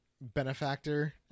benefactor